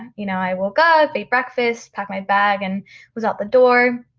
you know, i woke up, ate breakfast, packed my bag and was out the door.